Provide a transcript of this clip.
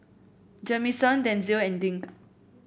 Jamison Denzil and Dink